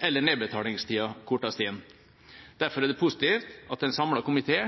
eller til at nedbetalingstida kortes ned. Derfor er det positivt at en samlet komité